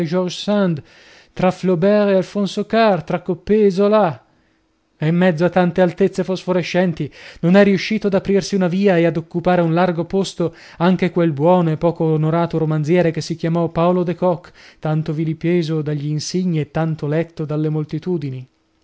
tra coppée e zola e in mezzo a tante altezze fosforescenti non è riuscito ad aprirsi una via e ad occupare un largo posto anche quel buono e poco ornato romanziere che si chiamò paolo de kock tanto vilipeso dagli insigni e tanto letto dalle moltitudini